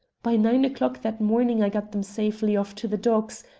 by nine o'clock that morning i got them safely off to the docks,